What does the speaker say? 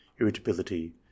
irritability